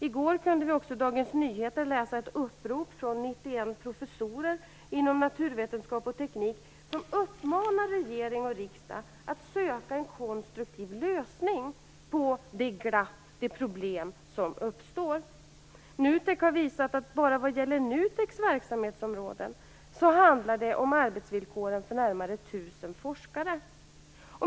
I går kunde vi också i Dagens Nyheter läsa ett upprop från 91 professorer inom naturvetenskap och teknik som uppmanar regering och riksdag att söka en konstruktiv lösning på de "glapp", de problem, som uppstår. NUTEK har visat, att bara vad gäller NUTEK:s verksamhetsområden handlar det om arbetsvillkoren för närmare 1 000 forskare.